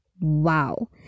wow